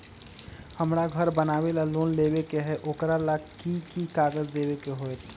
हमरा घर बनाबे ला लोन लेबे के है, ओकरा ला कि कि काग़ज देबे के होयत?